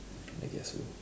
I guess so